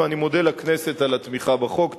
ואני מודה לכנסת על התמיכה בחוק.